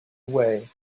away